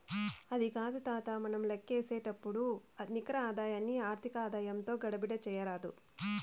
అది కాదు తాతా, మనం లేక్కసేపుడు నికర ఆదాయాన్ని ఆర్థిక ఆదాయంతో గడబిడ చేయరాదు